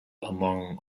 among